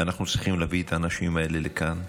אנחנו צריכים להביא את האנשים האלה לכאן,